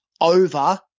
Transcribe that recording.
over